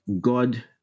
God